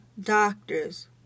doctors